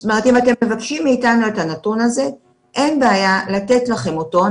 אם אתם מבקשים מאתנו את הנתון הזה אין בעיה לתת לכם אותו,